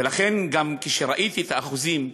ולכן, גם כשראיתי את האחוזים,